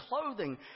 clothing